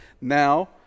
now